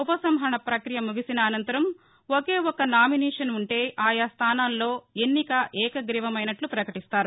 ఉపసంహరణ ప్రప్రియ ముగిసిన అనంతరం ఒకే ఒక్క నామినేషన్ ఉంటే ఆయా స్థానాల్లో ఎన్నిక ఏకగ్రీవమైనట్ల ప్రకటిస్తారు